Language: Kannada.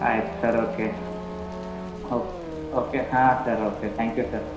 ಆಯ್ತು ಸರ್ ಓಕೆ ಓಕ್ ಓಕೆ ಹಾಂ sir okay thank you sir